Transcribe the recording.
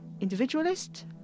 individualist